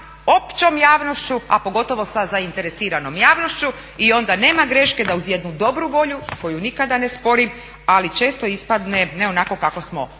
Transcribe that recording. općom javnošću, a pogotovo sa zainteresiranom javnošću i onda nema greške da uz jednu dobru volju koju nikada ne sporim, ali često ispadne ne onako kako smo